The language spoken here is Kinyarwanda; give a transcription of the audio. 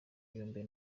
yombi